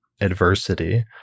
adversity